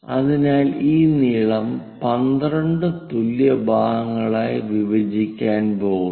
അതിനാൽ ഈ നീളം 12 തുല്യ ഭാഗങ്ങളായി വിഭജിക്കാൻ പോകുന്നു